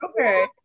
okay